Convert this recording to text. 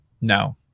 no